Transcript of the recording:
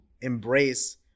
embrace